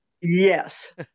Yes